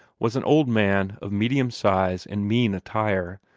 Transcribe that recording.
was an old man of medium size and mean attire,